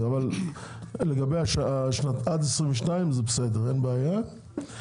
אבל לגבי עד 2022 זה בסדר אין בעיה.